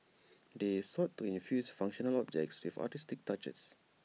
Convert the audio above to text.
they sought to infuse functional objects with artistic touches